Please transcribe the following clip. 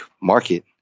market